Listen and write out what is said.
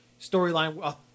storyline